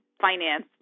finance